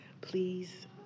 Please